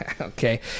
okay